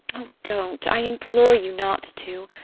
oh, don't, i implore you not to!